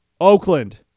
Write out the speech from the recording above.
Oakland